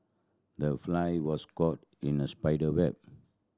the fly was caught in the spider web